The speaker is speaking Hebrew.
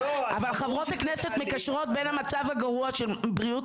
אבל חברות הכנסת מקשרות בין המצב הגרוע של בריאות